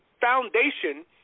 foundation